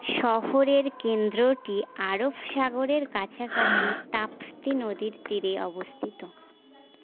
শহরের কেন্দ্রটি আরব সাগরের কাছাকাছি তাপ্তি নদীর তীরে অবস্থিত